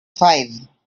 five